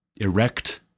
erect